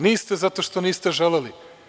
Niste, zato što niste želeli.